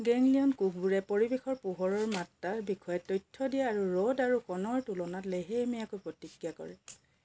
ganglion কোষবোৰে পৰিৱেশৰ পোহৰৰ মাত্ৰাৰ বিষয়ে তথ্য দিয়ে আৰু ৰ'দ আৰু কণৰ তুলনাত লেহেমীয়াকৈ প্ৰতিক্ৰিয়া কৰে